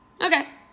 Okay